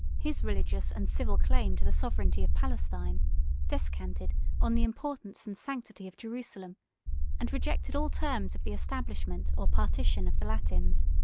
his religious and civil claim to the sovereignty of palestine descanted on the importance and sanctity of jerusalem and rejected all terms of the establishment, or partition of the latins.